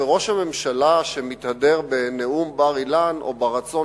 וראש הממשלה שמתהדר בנאום בר-אילן ברצון